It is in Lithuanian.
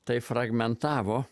tai fragmentavo